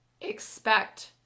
expect